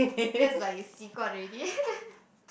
that's like you 习惯 already